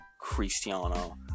Cristiano